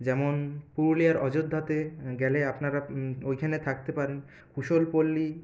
যেমন পুরুলিয়ার অযোধ্যাতে গেলে আপনারা ওইখানে থাকতে পারেন কুশলপল্লী